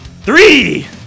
three